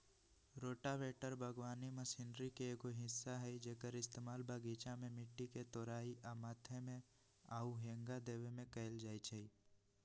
rotavator बगवानी machinery के एगो हिस्सा हई जेक्कर इस्तेमाल बगीचा में मिट्टी के तोराई आ मथे में आउ हेंगा देबे में कएल जाई छई